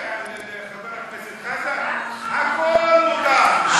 אצל חבר הכנסת חזן הכול מותר.